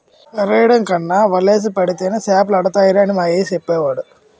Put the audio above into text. ఎరెయ్యడం కన్నా వలేసి పడితేనే సేపలడతాయిరా అని మా అయ్య సెప్పేవోడు